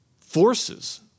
forces